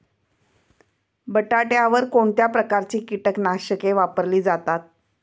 बटाट्यावर कोणत्या प्रकारची कीटकनाशके वापरली जातात?